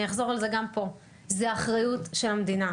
אחזור על זה גם פה: זו אחריות של המדינה.